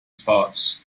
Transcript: spots